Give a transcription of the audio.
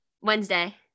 Wednesday